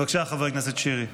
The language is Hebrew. בבקשה, חבר הכנסת שירי.